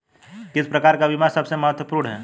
किस प्रकार का बीमा सबसे महत्वपूर्ण है?